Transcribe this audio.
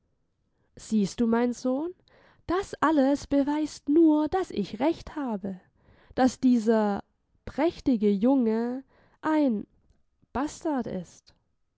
siehst du mein sohn das alles beweist nur daß ich recht habe daß dieser prächtige junge ein bastard ist